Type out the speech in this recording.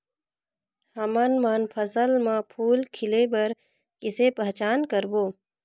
हमन मन फसल म फूल खिले बर किसे पहचान करबो?